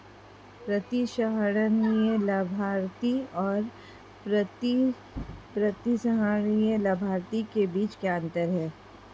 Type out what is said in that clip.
प्रतिसंहरणीय लाभार्थी और अप्रतिसंहरणीय लाभार्थी के बीच क्या अंतर है?